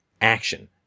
action